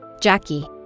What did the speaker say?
Jackie